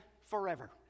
forever